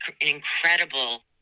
incredible